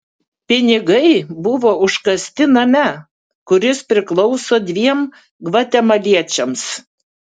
pinigai buvo užkasti name kuris priklauso dviem gvatemaliečiams